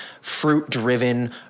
fruit-driven